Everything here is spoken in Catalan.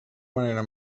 manera